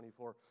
24